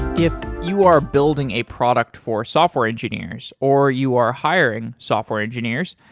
if you are building a product for software engineers, or you are hiring software engineers,